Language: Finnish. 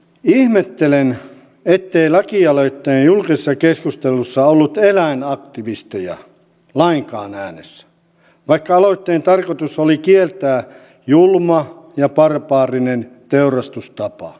ihmettelen ettei lakialoitteen julkisessa keskustelussa ollut eläinaktivisteja lainkaan äänessä vaikka aloitteen tarkoitus oli kieltää julma ja barbaarinen teurastustapa